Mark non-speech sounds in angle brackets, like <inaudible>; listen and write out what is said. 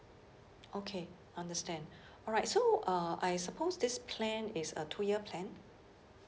okay understand <breath> alright so uh I suppose this plan is a two year plan